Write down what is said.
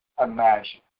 imagine